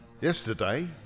Yesterday